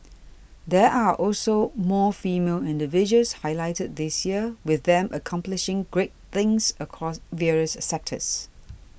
there are also more female individuals highlighted this year with them accomplishing great things across various sectors